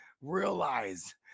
realize